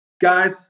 guys